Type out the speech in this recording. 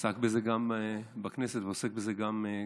עסק בזה גם בכנסת ועוסק בזה עדיין.